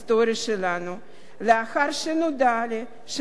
לאחר שנודע לי שמוזיאון "יד ושם",